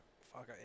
fuck